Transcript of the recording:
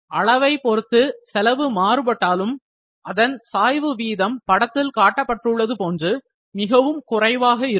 அளவைப் பொறுத்து செலவு மாறுபட்டாலும் அதன் சாய்வு வீதம் படத்தில் காட்டப்பட்டுள்ளது போன்று மிகவும் குறைவாக இருக்கும்